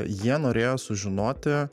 jie norėjo sužinoti